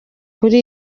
kuri